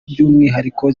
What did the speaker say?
by’umwihariko